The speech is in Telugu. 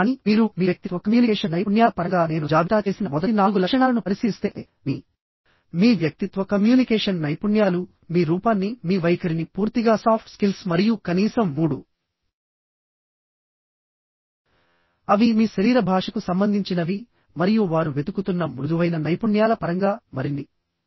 కానీ మీరు మీ వ్యక్తిత్వ కమ్యూనికేషన్ నైపుణ్యాల పరంగా నేను జాబితా చేసిన మొదటి నాలుగు లక్షణాలను పరిశీలిస్తే మీ వ్యక్తిత్వ కమ్యూనికేషన్ నైపుణ్యాలు మీ రూపాన్ని మీ వైఖరిని పూర్తిగా సాఫ్ట్ స్కిల్స్ మరియు కనీసం మూడు అవి మీ శరీర భాషకు సంబంధించినవి మరియు వారు వెతుకుతున్న మృదువైన నైపుణ్యాల పరంగా మరిన్ని